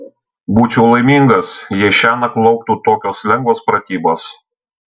būčiau laimingas jei šiąnakt lauktų tokios lengvos pratybos